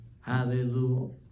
Hallelujah